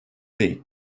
değil